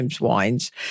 wines